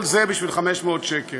כל זה בשביל 500 שקל.